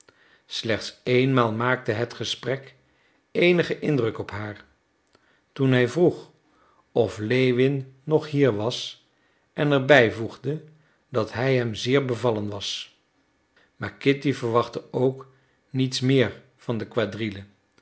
slechts eenmaal maakte het gesprek eenigen indruk op haar toen hij vroeg of lewin nog hier was en er bij voegde dat hij hem zeer bevallen was maar kitty verwachtte ook niets meer van de